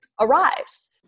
arrives